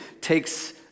takes